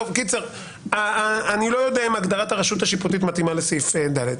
אני לא יודע אם הגדרת הרשות השיפוטית מתאימה לסעיף (ד).